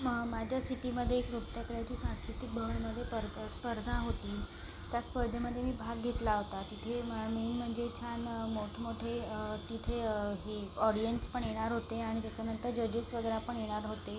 मा माझ्या सिटीमध्ये एक नृत्यकलेची सांस्कृतिक भवनमध्ये पर्दा स्पर्धा होती त्या स्पर्धेमध्ये मी भाग घेतला होता तिथे मं मेन म्हणजे छान मोठमोठे तिथे हे ऑडियन्स पण येणार होते आणि त्याच्यानंतर जजेस वगैरे पण येणार होते